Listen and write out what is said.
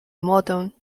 młodą